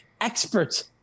experts